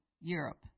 Europe